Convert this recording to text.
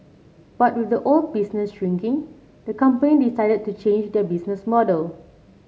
but with the old business shrinking the company decided to change their business model